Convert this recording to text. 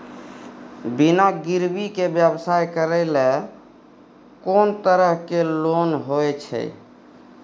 बिना गिरवी के व्यवसाय करै ले कोन तरह के लोन होए छै?